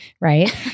right